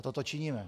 A toto činíme.